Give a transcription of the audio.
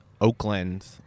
Oakland